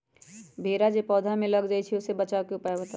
भेरा जे पौधा में लग जाइछई ओ से बचाबे के उपाय बताऊँ?